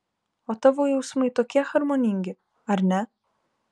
o tavo jausmai tokie harmoningi ar ne